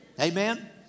Amen